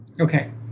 Okay